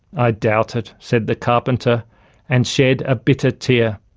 i doubt it said the carpenter and shed a bitter tear.